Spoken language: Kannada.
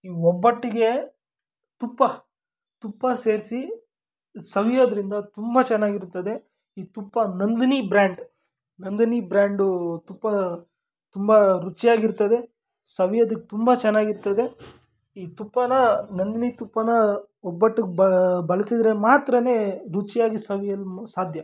ಈ ಒಬ್ಬಟ್ಟಿಗೆ ತುಪ್ಪ ತುಪ್ಪ ಸೇರಿಸಿ ಸವಿಯೋದರಿಂದ ತುಂಬ ಚೆನ್ನಾಗಿರ್ತದೆ ಈ ತುಪ್ಪ ನಂದಿನಿ ಬ್ರ್ಯಾಂಡ್ ನಂದಿನಿ ಬ್ರ್ಯಾಂಡು ತುಪ್ಪ ತುಂಬ ರುಚಿಯಾಗಿರ್ತದೆ ಸವಿಯೋದಕ್ಕೆ ತುಂಬ ಚೆನ್ನಾಗಿರ್ತದೆ ಈ ತುಪ್ಪಾನ ನಂದಿನಿ ತುಪ್ಪಾನ ಒಬ್ಬಟ್ಟುಗೆ ಬಳಸಿದ್ರೆ ಮಾತ್ರನೇ ರುಚಿಯಾಗಿ ಸವಿಯಲು ಮ್ ಸಾಧ್ಯ